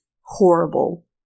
Horrible